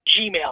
Gmail